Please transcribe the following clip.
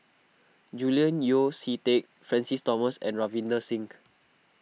Julian Yeo See Teck Francis Thomas and Ravinder Singh